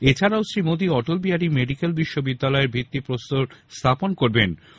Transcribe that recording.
এছাড়াও শ্রী মোদী অটল বিহারী মেডিকেল বিশ্ববিদ্যালয়ের ভিত্তিপ্রস্তর স্হাপন করবেন